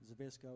Zabisco